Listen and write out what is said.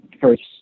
first